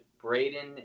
Braden